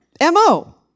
MO